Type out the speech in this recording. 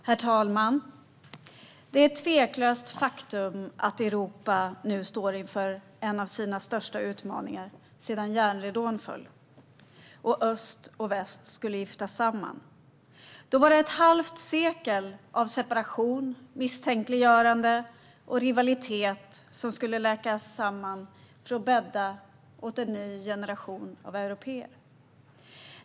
Herr talman! Det är ett tveklöst faktum att Europa står inför en av sina största utmaningar sedan järnridån föll och öst och väst skulle giftas samman. Ett halvt sekel av separation, misstänkliggörande och rivalitet skulle läkas ihop för att bädda åt en ny generation européer.